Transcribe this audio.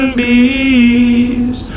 bees